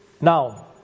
Now